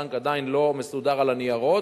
הבנק עדיין לא מסודר עם הניירות,